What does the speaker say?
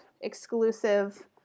Exclusive